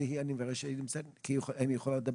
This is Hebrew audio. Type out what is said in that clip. אולי נבקש דיון נוסף כי רוב הדוברים לא הצליחו לדבר.